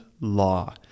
law